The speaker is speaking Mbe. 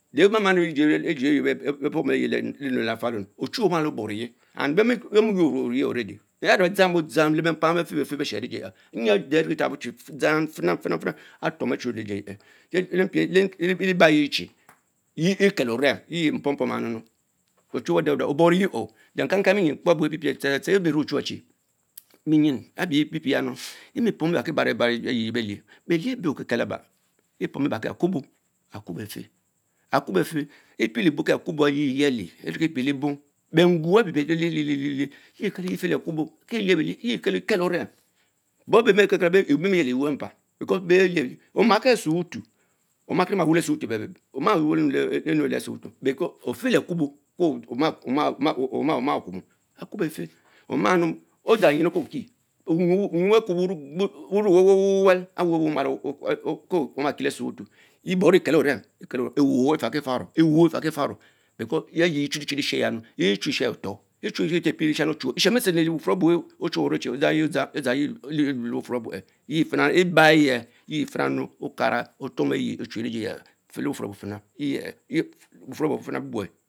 Ledjie beh poma lefal once yuor orme oyich, ochowe omalo boriexie and bey mie yur once ouich already. Evee Denne odzani was bee sherima empi ovickie Chie fris fing atnom atwo ayie leba yie cure ekelo orem, yea mpom pom chh mmm ocmmwe deh deh oboroye ohh le kama kang benzin catere tepo abie pie marie me ochawch chi benzin abee pie pieh ya nunu, enrié pom ebarki baro ayie belieh, belieh abe okeke aba, epom ebarki akubo akubo efen, epie lebo kie akubo ayie-lieli, erickipielebo, nwun bich belie lie lie lich, yich kelo yeh eh file akubo kie liebene yeokelo en kelo orem, bom ebe beme bell mis Yelie leewun mmpan because bee lie belich omake a shuwuty oma ke oma wun lee Thuewuty ebebe because ofile akubo ko oma oku-mu- akubo are feh omamun Odgan rajinu koki umyun akutoo wurie gou, uwelwed-uwel, awe omale kokie le ashuebutu lich bow ekelo ovesmas, ewun efarrki farro, ewun etanki fare because tea Chulichy usheya le clim esheys otor, Etchel eshen bie leshani Ochiwe esham bitshem le bufurr abun ochuwe oruechi odzanyi dza yieh eme yea fina le baye, yea fina okara otnomeh yeah ochu le jeye bufurrebu fina bueh.